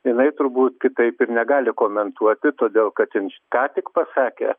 jinai turbūt kitaip ir negali komentuoti todėl kad jin ką tik pasakė